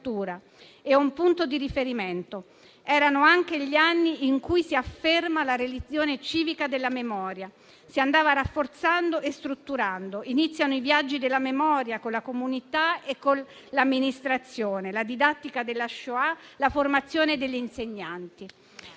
e un punto di riferimento. Erano anche gli anni in cui si affermava la religione civica della memoria, che si andava rafforzando e strutturando. Iniziava i viaggi della memoria, con la comunità e con l'amministrazione, la didattica della Shoah e la formazione degli insegnanti.